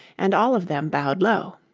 and all of them bowed low.